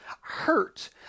hurt